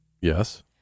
Yes